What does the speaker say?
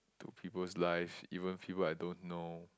to people's life even people I don't know